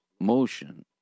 motion